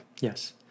Yes